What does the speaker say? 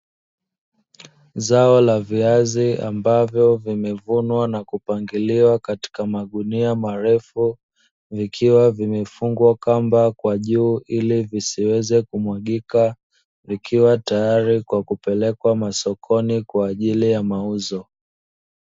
Zao la viazi ambavyo vimevunwa na kupangiliwa katika magunia marefu, vikiwa vimefungwa kamba kwa juu ili visiweze kumwagika, vikiwa tayari kwa kupelekwa masokoni kwa ajili ya mauzo.